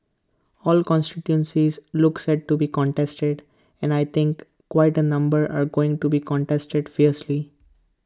all constituencies look set to be contested and I think quite A number are going to be contested fiercely